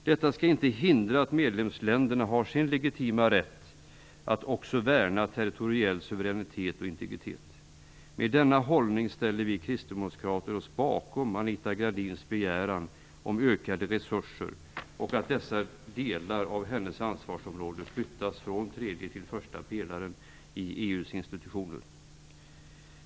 Detta skall inte hindra att medlemsländerna har sin legitima rätt att också värna territoriell suveränitet och integritet. Med denna hållning ställer vi kristdemokrater oss bakom Anita Gradins begäran om ökade resurser och att dessa delar av hennes ansvarsområde flyttas från tredje till första pelaren i EU:s institutioner.